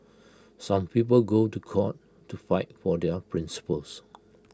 some people go to court to fight for their principles